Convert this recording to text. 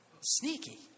Sneaky